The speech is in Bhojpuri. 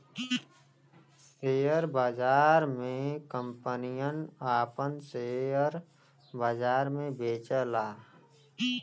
शेअर बाजार मे कंपनियन आपन सेअर बाजार मे बेचेला